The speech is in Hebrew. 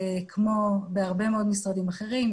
כמו בהרבה מאוד משרדים אחרים,